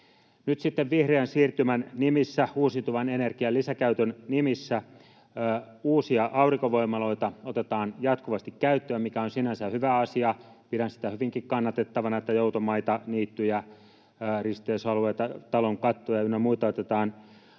Nyt sitten vihreän siirtymän nimissä, uusiutuvan energian lisäkäytön nimissä uusia aurinkovoimaloita otetaan jatkuvasti käyttöön, mikä on sinänsä hyvä asia. Pidän sitä hyvinkin kannatettavana, että joutomaita, niittyjä, risteysalueita, talon kattoja ynnä muita otetaan